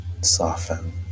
Soften